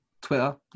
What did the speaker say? Twitter